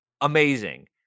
amazing